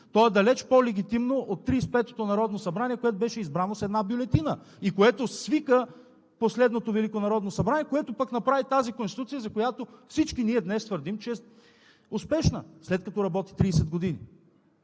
То е далеч по-легитимно от Тридесет и петото народно събрание, което беше избрано само с една бюлетина и което свика последното Велико народно събрание, което пък направи тази Конституция, за която всички ние днес твърдим, че е успешна, след като работи 30 години.